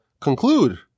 conclude